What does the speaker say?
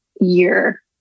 year